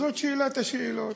זאת שאלת השאלות.